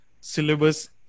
syllabus